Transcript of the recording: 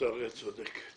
לצערי את צודקת.